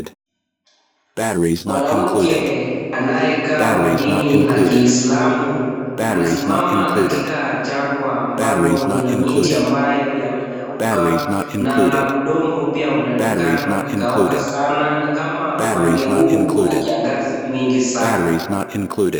Mwanamke anayekaa wa dini la kiislamu anasimama katika jangwa ambalo lina miti ambayo yamenyauka na udongo pia unaonekana umekauka sana, ni kama upande huu kuna kiangazi kingi sana.